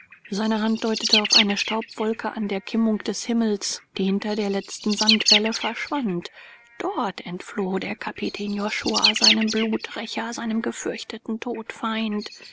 seine hand deutete auf eine staubwolke an der kimmung des himmels die hinter der letzten sandwelle verschwand dort entfloh der kapitän josua seinem bluträcher seinem gefürchteten todfeind